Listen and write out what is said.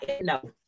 No